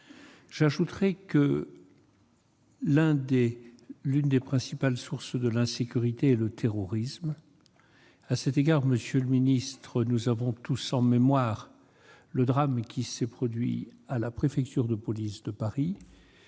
très difficile. L'une des principales sources de l'insécurité est le terrorisme. À cet égard, monsieur le ministre, nous avons tous en mémoire le drame qui s'est produit à la préfecture de police de Paris